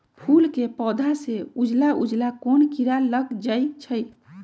फूल के पौधा में उजला उजला कोन किरा लग जई छइ?